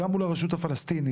גם מול הרשות הפלסטינית.